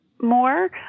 More